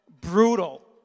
brutal